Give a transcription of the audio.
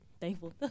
thankful